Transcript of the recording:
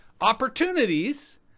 opportunities